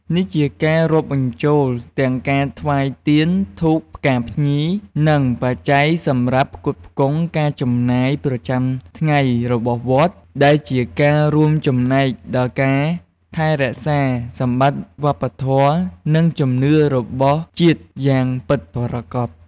នេះជាការរាប់បញ្ចូលទាំងការថ្វាយទៀន ធូប ផ្កាភ្ញី និងបច្ច័យសម្រាប់ផ្គត់ផ្គង់ការចំណាយប្រចាំថ្ងៃរបស់វត្ត ដែលជាការរួមចំណែកដល់ការថែរក្សាសម្បត្តិវប្បធម៌ និងជំនឿរបស់ជាតិយ៉ាងពិតប្រាកដ។